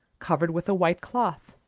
covered with a white cloth,